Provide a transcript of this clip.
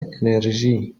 انرژی